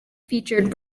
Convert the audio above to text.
featured